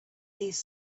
these